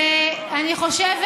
ואני חושבת,